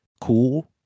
cool